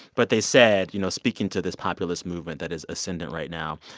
but they said, you know, speaking to this populist movement that is ascendant right now,